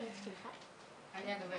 וענבל